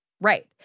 Right